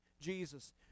Jesus